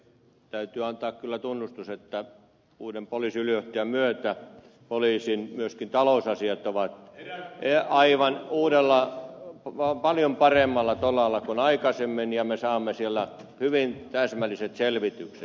täytyy antaa kyllä tunnustus että uuden poliisiylijohtajan myötä myöskin poliisin talousasiat ovat aivan uudella paljon paremmalla tolalla kuin aikaisemmin ja me saamme siellä hyvin täsmälliset selvitykset